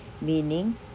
meaning